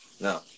No